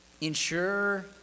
Ensure